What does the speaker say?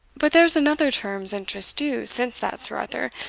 but there's another term's interest due since that, sir arthur,